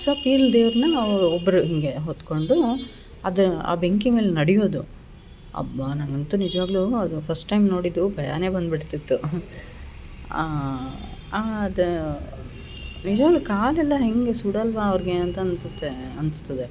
so ಪಿರ್ಲ್ ದೆವ್ರನ್ನ ಒಬ್ರು ಹಿಂಗೆ ಹೊತ್ಕೊಂಡು ಅದು ಆ ಬೆಂಕಿ ಮೇಲೆ ನಡೆಯೋದು ಅಬ್ಬಾ ನನಗಂತು ನಿಜವಾಗ್ಲು ಅವರು ಫಸ್ಟ್ ಟೈಮ್ ನೋಡಿದ್ದು ಭಯಾನೇ ಬಂದುಬಿಡ್ತಿತ್ತು ಅದು ನಿಜವಾಗ್ಲು ಕಾಲೆಲ್ಲ ಹೆಂಗೆ ಸುಡಲ್ವ ಅವ್ರಿಗೆ ಅಂತ ಅನಿಸುತ್ತೆ ಅನಿಸ್ತದೆ